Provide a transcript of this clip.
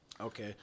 Okay